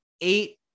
eight